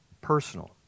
personal